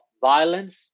violence